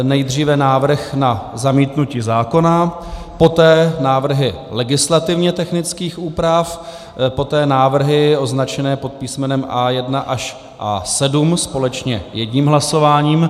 Nejdříve návrh na zamítnutí zákona, poté návrhy legislativně technických úprav, poté návrhy označené pod písmenem A1 až A7 společně jedním hlasováním.